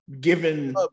given